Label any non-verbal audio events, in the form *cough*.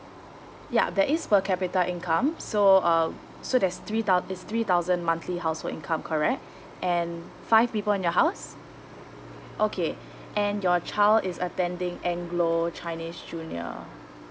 yeah that is per capita income so um so there's three thou~ it's three thousand monthly household income correct *breath* and five people in your house okay *breath* and your child is attending anglo chinese junior